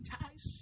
ties